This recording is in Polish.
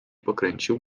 pokręcił